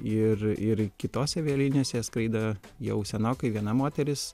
ir ir kitose avialinijose skraido jau senokai viena moteris